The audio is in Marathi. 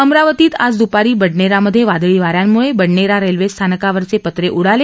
अमरावतीत आज द्रपारी बडनेरा मध्ये वादळी वाऱ्यांमुळे बडनेरा रेल्वे स्थानकावरचे पत्रे उडाले